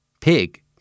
Pig